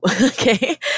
okay